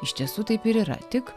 iš tiesų taip ir yra tik